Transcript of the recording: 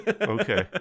Okay